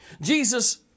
Jesus